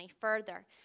further